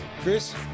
Chris